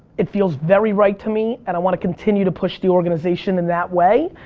it feels very right to me and i want to continue to push the organization in that way.